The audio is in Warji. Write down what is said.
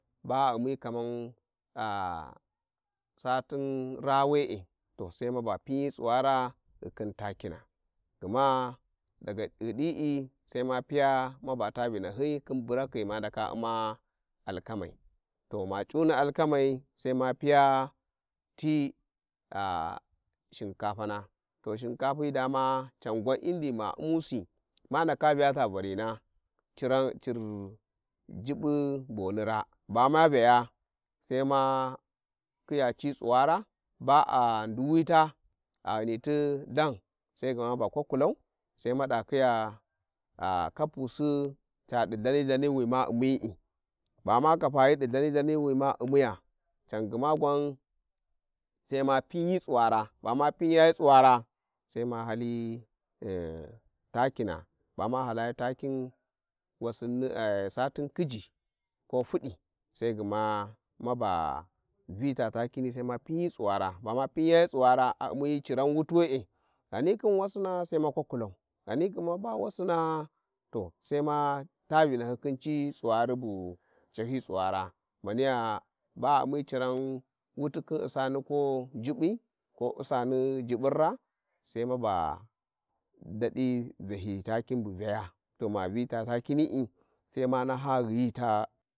﻿Ba u'mi kaman satin raa we`e, to sai maba pinyi tsuwers ghi khin takina gma ghi di`i sai mapiya maba ta vinahyi, khin burakhi ghi ma ndaka u`ma alkamai, to ma c'u ni alkasmai sai ma piya, ti shinkstana, to shinkapai dama can guran ndi ma u'musi ma ndaka vya ta varina ciran cir jubbu boni raá bama vyaya saima khiya ci tsuwars, baa nduwita a ghanith chan saignia ba kwakulay, sai madachiys kakusi gai chani thani wi ma ummiyi bams kapayi di thani thani wi ma u'mmiya can qma qwan sai ma pinyi tsunwara, bama pinyayı tsuwara, sai ma hali takina bams halayi takin wassinn satin khiji ko fudi sai gma maba vita takini sai ma pinyi tsuwara ba ma pinyağı tsuwara a u'mi ciran wuti were, ghani khin wassing sai ma kwakulay, ghani gma ba wasing to sai ma ta vinahy khin ci tsuwara bu cahi tsuwars maniya, ba u'mmi ciran wuti khin u'sani ko jubbu, ko u'sani jubbun ra a sai ma ba dadi vyahi takı bu vyays to ma vya ta takinii saima naha ghi ta.